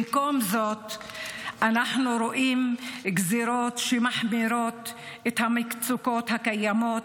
במקום זאת אנחנו רואים גזרות שמחמירות את המצוקות הקיימות,